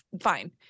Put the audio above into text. Fine